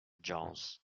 jones